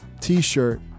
T-shirt